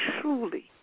truly